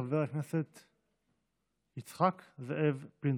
חבר הכנסת יצחק זאב פינדרוס,